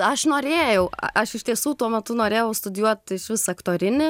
aš norėjau aš iš tiesų tuo metu norėjau studijuoti visus aktorinį